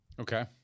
Okay